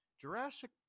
Jurassic